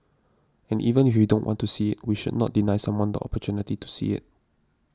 and even if we don't want to see we should not deny someone the opportunity to see it